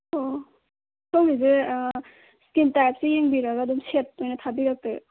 ꯑꯣ ꯁꯣꯝꯒꯤꯁꯦ ꯁ꯭ꯀꯤꯟ ꯇꯥꯏꯞꯁꯦ ꯌꯦꯡꯕꯤꯔꯒ ꯑꯗꯨꯝ ꯁꯦꯠ ꯑꯣꯏꯅ ꯊꯥꯕꯤꯔꯛꯇꯣꯏꯔ